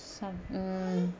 so mm